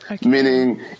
meaning